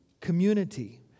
community